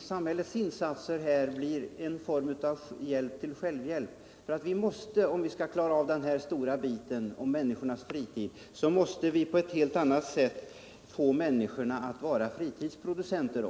samhällets insatser bli en form av hjälp till självhjälp. Om vi från samhällets sida skall kunna klara av den här stora biten som gäller människornas fritid, måste vi på ett helt annat sätt än tidigare förmå människorna, som jag nämnde, att bli fritidsproducenter.